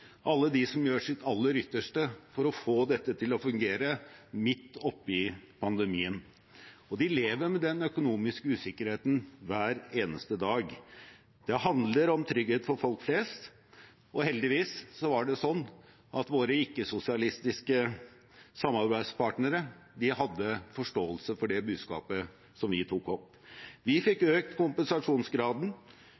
alle de som gjør sitt aller ytterste for å få dette til å fungere midt oppe i pandemien. De lever med den økonomiske usikkerheten hver eneste dag. Det handler om trygghet for folk flest. Heldigvis var det sånn at våre ikke-sosialistiske samarbeidspartnere hadde forståelse for det budskapet som vi tok opp. Vi fikk